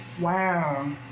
Wow